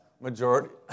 majority